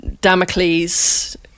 Damocles